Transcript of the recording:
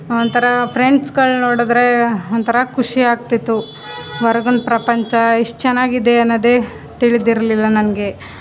ಒಂಥರಾ ಫ್ರೆಂಡ್ಸುಗಳು ನೋಡಿದರೆ ಒಂಥರ ಖುಷಿಯಾಗ್ತಿತ್ತು ಹೊರಗಿನ ಪ್ರಪಂಚ ಎಷ್ಟು ಚೆನ್ನಾಗಿದೆ ಅನ್ನೊದೇ ತಿಳಿದಿರ್ಲಿಲ್ಲ ನನಗೆ